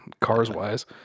cars-wise